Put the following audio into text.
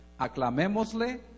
Aclamémosle